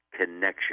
connection